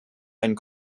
einen